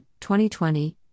2020